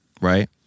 Right